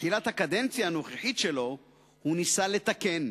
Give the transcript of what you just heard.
בתחילת הקדנציה הנוכחית שלו הוא ניסה לתקן.